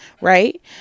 right